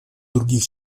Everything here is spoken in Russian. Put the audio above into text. других